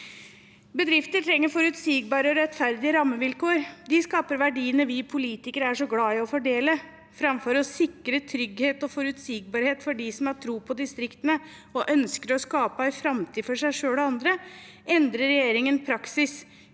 Bedriftene trenger forutsigbare og rettferdige rammevilkår. De skaper verdiene vi politikere er så glade i å fordele. Framfor å sikre trygghet og forutsigbarhet for dem som har tro på distriktene og ønsker å skape en framtid for seg selv og andre, endrer regjeringen praksis,